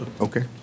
Okay